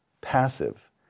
passive